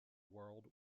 world